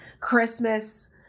Christmas